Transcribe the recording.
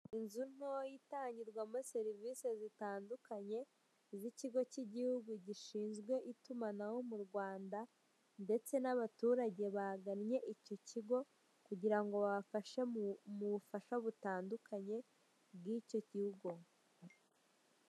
Inzu ntoya itangirwamo serivisi zitandukanye z'ikigo cy'igihugu gishinzwe itumanaho mu Rwanda, ndetse n'abaturage bagannye icyo kigo kugira ngo babafashe mu bufasha butandukanye bw'icyo kigo.